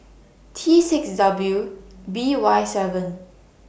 T six W B Y seven